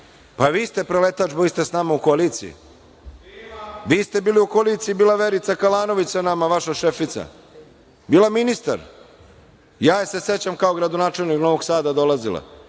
vi ste preletač, bili ste sa nama u koaliciji. Vi ste bili u koaliciji, bila Verica Kalanović sa nama vaša šefica, bila ministar, ja je sećam kao gradonačelnik Novog Sada, dolazila